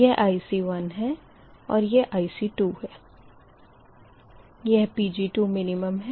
यह IC1 है और यह IC2 है